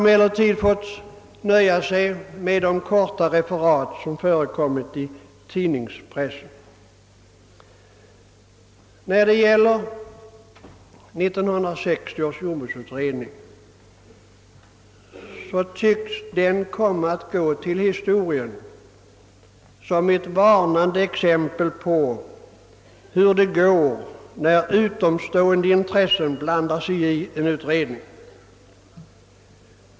Vi har fått nöja oss med de korta referat som förekommit i pressen. Beträffande 1960 års jordbruksutredning tycks den komma att gå till historien som ett varnande exempel på hur det går när utomstående intressen blandar sig i en utredning.